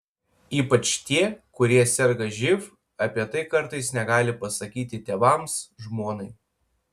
ypač tie kurie serga živ apie tai kartais negali pasakyti tėvams žmonai